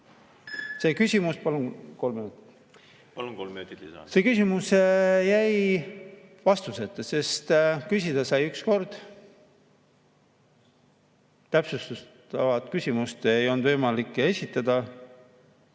See küsimus jäi vastuseta, sest küsida sai üks kord, täpsustavat küsimust ei olnud võimalik esitada.